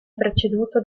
preceduto